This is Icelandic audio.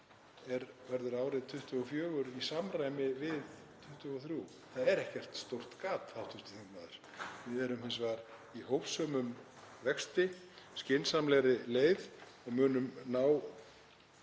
verður árið 2024 í samræmi við 2023. Það er ekkert stórt gat, hv. þingmaður. Við erum hins vegar í hófsömum vexti, á skynsamlegri leið og munum ná